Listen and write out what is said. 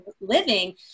living